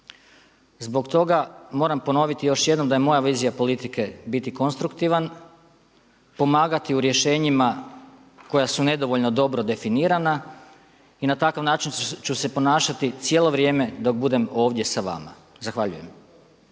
Zbog toga moram ponoviti još jednom da je moja vizija politike biti konstruktivan, pomagati u rješenjima koja su nedovoljno dobro definirana i na takav način ću se ponašati cijelo vrijeme dok budem ovdje sa vama. Zahvaljujem.